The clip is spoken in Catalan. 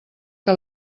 que